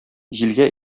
җилгә